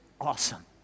awesome